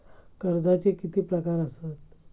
कर्जाचे किती प्रकार असात?